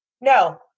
No